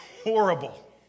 horrible